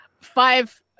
Five